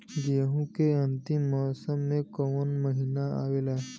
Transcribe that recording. गेहूँ के अंतिम मौसम में कऊन महिना आवेला?